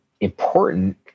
important